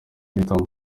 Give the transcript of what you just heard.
guhitamo